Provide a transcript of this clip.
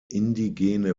indigene